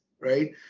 right